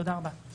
תודה רבה.